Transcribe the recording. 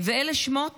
ואלה שמות